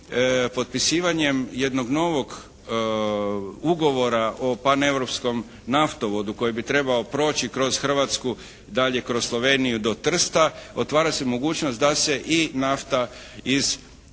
potpisivanjem jednog novog ugovora o pan europskom naftovodu koji bi trebao proći kroz Hrvatsku i dalje kroz Sloveniju do Trsta otvara se mogućnost da se i nafta iz